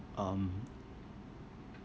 um